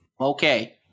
Okay